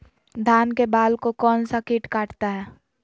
धान के बाल को कौन सा किट काटता है?